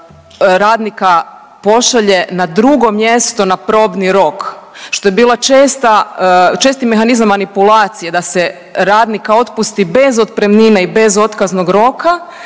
radnika pošalje na drugo mjesto na probni rok, što je bila česti mehanizam manipulacije, da se radnika otpusti bez otpremnine i bez otkaznog roka